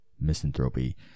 Misanthropy